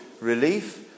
relief